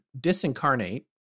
disincarnate